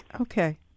Okay